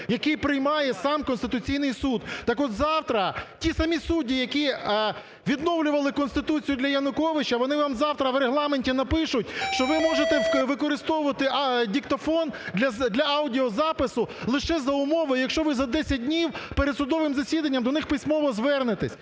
який приймає сам Конституційний Суд. Так от, завтра ті самі судді, які відновлювали Конституцію для Януковича, вони вам завтра в Регламенті напишуть, що ви можете використовувати диктофон для аудіозапису лише за умови, якщо ви за 10 днів перед судовим засіданням до них письмово звернетесь.